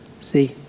See